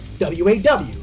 WAW